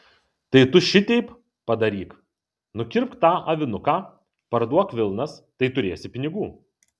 tai tu šiteip padaryk nukirpk tą avinuką parduok vilnas tai turėsi pinigų